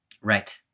Right